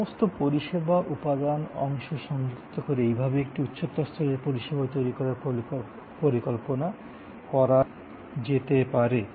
সমস্ত পরিষেবা উপাদান অংশ সংযুক্ত করে এইভাবে একটি উচ্চতর স্তরের পরিষেবা তৈরি করার পরিকল্পনা করা যেতে পারে